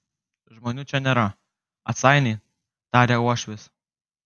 žmonių čia nėra atsainiai tarė uošvis